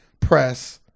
press